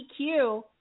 EQ